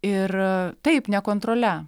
ir taip nekontrole